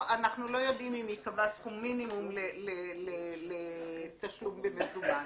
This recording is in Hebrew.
אנחנו לא יודעים אם ייקבע סכום מינימום לתשלום במזומן.